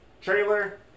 trailer